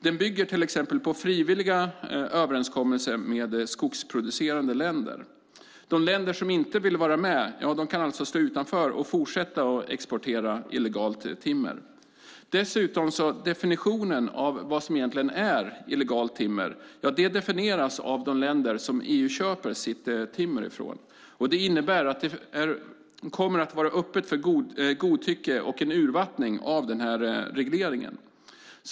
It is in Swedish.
Den bygger till exempel på frivilliga överenskommelser med skogsproducerande länder. De länder som inte ville vara med kan alltså stå utanför och fortsätta exportera illegalt timmer. Definitionen av vad som egentligen är illegalt timmer görs dessutom av de länder som EU köper sitt timmer från. Det innebär att det kommer att vara öppet för godtycke och en urvattning av denna reglering.